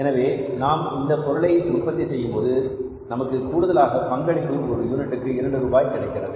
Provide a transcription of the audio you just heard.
எனவே நாம் இந்த பொருளை உற்பத்தி செய்யும் போது நமக்கு கூடுதலாக பங்களிப்பு ஒரு யூனிட்டிற்கு 2 ரூபாய் கிடைக்கிறது